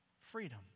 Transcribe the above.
freedom